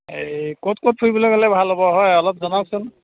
সেই ক'ত ক'ত ফুৰিবলৈ গ'লে ভাল হ'ব হয় অলপ জনাওকচোন